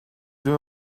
deux